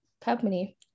company